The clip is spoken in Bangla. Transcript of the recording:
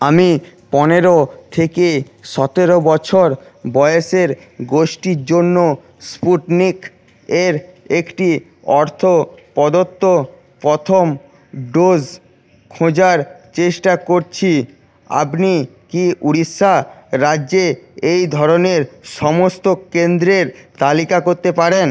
আমি পনেরো থেকে সতেরো বছর বয়সের গোষ্ঠীর জন্য স্পুটনিক এর একটি অর্থ প্রদত্ত প্রথম ডোজ খোঁজার চেষ্টা করছি আপনি কি উড়িষ্যা রাজ্যে এই ধরনের সমস্ত কেন্দ্রের তালিকা করতে পারেন